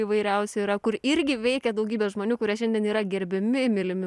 įvairiausių yra kur irgi veikė daugybė žmonių kurie šiandien yra gerbiami mylimi